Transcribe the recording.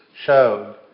showed